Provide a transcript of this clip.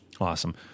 Awesome